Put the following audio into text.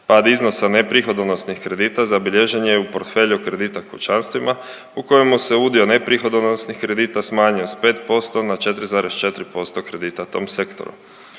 Pad iznosa neprihodonosnih kredita zabilježen je u portfelju kredita kućanstvima u kojemu se udio neprihodonosnih kredita smanjio s 5% na 4,4% kredita u tom sektoru.